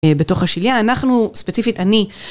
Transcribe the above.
בתוך השליה, אנחנו, ספציפית אני.